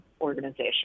organization